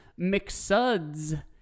McSuds